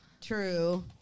True